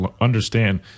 understand